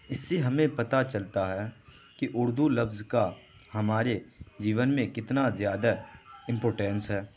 اس سے ہمیں پتا چلتا ہے کہ اردو لفظ کا ہمارے جیون میں کتنا زیادہ امپارٹینس ہے